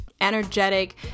energetic